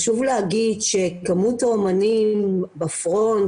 חשוב להגיד שכמות האומנים בפרונט,